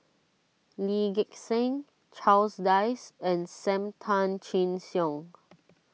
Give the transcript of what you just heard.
Lee Gek Seng Charles Dyce and Sam Tan Chin Siong